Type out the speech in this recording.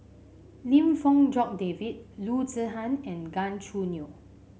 Lim Fong Jock David Loo Zihan and Gan Choo Neo